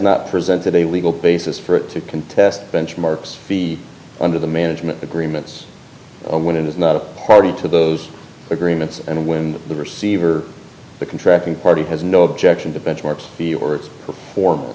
not presented a legal basis for it to contest benchmarks be under the management agreements when it is not a party to those agreements and when the receiver the contract and party has no objection to benchmark the or its perform